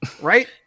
Right